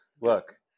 look